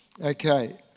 Okay